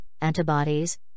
antibodies